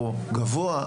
או גבוה,